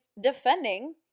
defending